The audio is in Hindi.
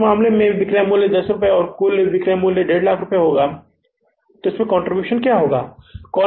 तो इस मामले में बिक्री मूल्य १० रुपये और कुल बिक्री मूल्य १५०००० रुपये होगा तो इसमें कंट्रीब्यूशन क्या है